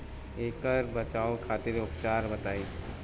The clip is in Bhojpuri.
ऐकर बचाव खातिर उपचार बताई?